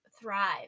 thrive